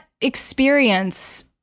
experience